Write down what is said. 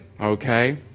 Okay